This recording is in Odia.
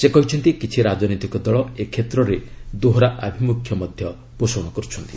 ସେ କହିଛନ୍ତି କିଛି ରାଜନୈତିକ ଦଳ ଏ କ୍ଷେତ୍ରରେ ଦୋହରା ଆଭିମୁଖ୍ୟ ପୋଷଣ କରୁଛନ୍ତି